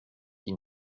die